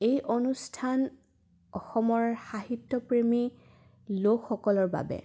এই অনুষ্ঠান অসমৰ সাহিত্যপ্ৰেমী লোকসকলৰ বাবে